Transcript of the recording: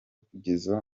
kugeza